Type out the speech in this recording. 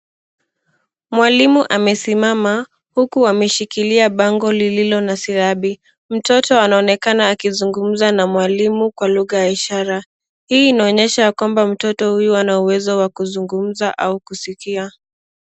Mwalimu amesimama huku ameshikilia bango lililo na silabi. Mtoto anaonekana akizungumza na mwalimu kwa lugha ya ishara. Hii inaonyesha ya kwamba mtoto huyu ana uwezo wa kuzungumza au kusikia.